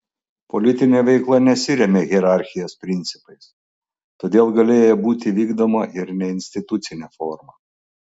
politinė veikla nesirėmė hierarchijos principais todėl galėjo būti vykdoma ir neinstitucine forma